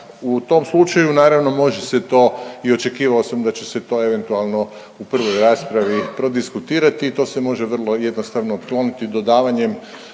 u tom slučaju, naravno, može se to, i očekivao sam da će se to eventualno u prvoj raspravi prodiskutirati i to se može vrlo jednostavno otkloniti dodavanjem